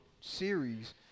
series